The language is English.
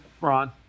Ron